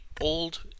old